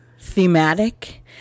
thematic